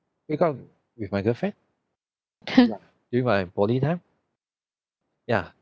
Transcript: break up with my girlfriend ya during my poly time ya